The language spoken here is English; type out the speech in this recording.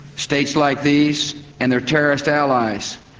states like these, and their terrorist allies,